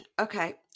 okay